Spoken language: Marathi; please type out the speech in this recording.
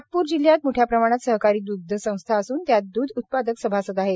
नागप्र जिल्हयात मोठ्या प्रमाणात सहकारी द्ध संस्था असून त्यात द्ध उत्पादक सभासद आहेत